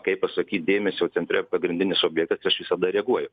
kaip pasakyt dėmesio centre pagrindinis objektas aš visada reaguoju